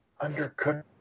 undercooked